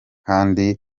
kandi